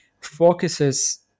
focuses